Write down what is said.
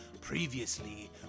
previously